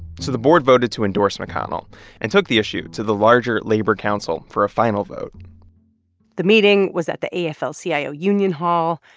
so the board voted to endorse mcconnell and took the issue to the larger labor council for a final vote the meeting was at the afl-cio union hall.